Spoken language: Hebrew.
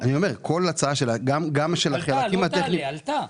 עלתה לא תעלה, עלתה.